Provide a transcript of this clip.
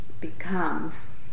becomes